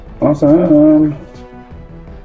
Awesome